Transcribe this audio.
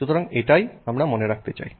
সুতরাং এটাই আমরা মনে রাখতে চাই